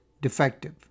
defective